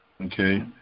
okay